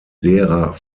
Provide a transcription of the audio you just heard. derer